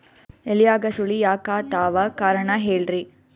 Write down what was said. ಎಲ್ಯಾಗ ಸುಳಿ ಯಾಕಾತ್ತಾವ ಕಾರಣ ಹೇಳ್ರಿ?